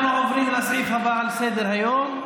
אנחנו עוברים לסעיף הבא על סדר-היום.